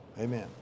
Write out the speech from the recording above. Amen